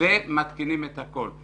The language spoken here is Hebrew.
ומתקינים את הכול.